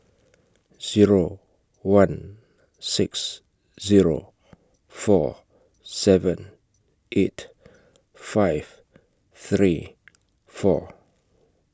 Zero one six Zero four seven eight five three four